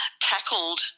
tackled